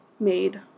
made